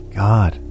god